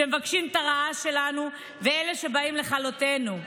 שמבקשים את הרעה שלנו, אלה שבאים לכלותנו.